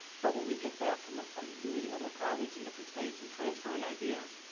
but what we get back from it, from meeting other colleagues in different states and transferring ideas,